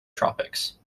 tropics